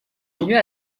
lieu